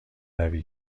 روی